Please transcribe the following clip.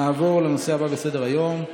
נעבור לנושא הבא בסדר-היום,